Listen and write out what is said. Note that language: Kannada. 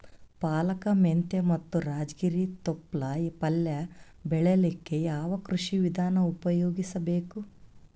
ಪಾಲಕ, ಮೆಂತ್ಯ ಮತ್ತ ರಾಜಗಿರಿ ತೊಪ್ಲ ಪಲ್ಯ ಬೆಳಿಲಿಕ ಯಾವ ಕೃಷಿ ವಿಧಾನ ಉಪಯೋಗಿಸಿ ಬೇಕು?